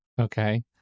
Okay